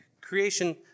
creation